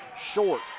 short